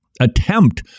attempt